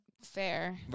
fair